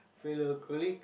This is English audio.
fellow colleague